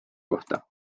kohta